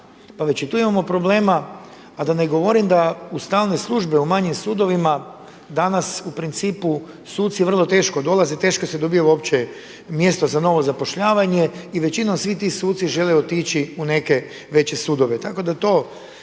pa već i tu imamo problema. A da ne govorim da u stalnoj službi u manjim sudovima danas u principu suci vrlo teško dolaze, teško se dobija uopće mjesto za novo zapošljavanje i većinom svi ti suci žele otići u neke veće sudove.